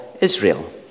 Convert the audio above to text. Israel